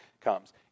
comes